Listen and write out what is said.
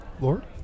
Lord